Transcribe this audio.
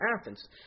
Athens